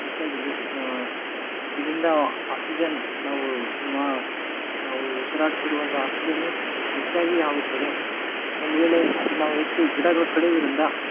ಹೆಚ್ಚಾಗಿಲ್ಲಿ ಇದರಿಂದ ಆಕ್ಸಿಜನ್ ನಾವು ಸುಮಾ ನಾವು ಉಸಿರಾಡುತ್ತಿರುವಂಥ ಆಕ್ಸಿಜನ್ನು ಹೆಚ್ಚಾಗಿ ಆಗುತ್ತದೆ ಒಂದು ವೇಳೆ ಅದು ನಾವು ಹೆಚ್ಚು ಗಿಡಗಳ ಕಡಿಯೋದ್ರಿಂದ